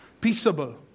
Peaceable